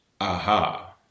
aha